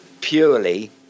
purely